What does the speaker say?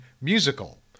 musical